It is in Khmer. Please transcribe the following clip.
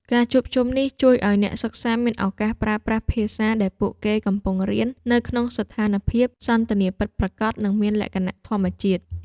ការជួបជុំនេះជួយឱ្យអ្នកសិក្សាមានឱកាសប្រើប្រាស់ភាសាដែលពួកគេកំពុងរៀន នៅក្នុងស្ថានភាពសន្ទនាពិតប្រាកដ និងមានលក្ខណៈធម្មជាតិ។